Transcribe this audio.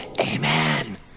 Amen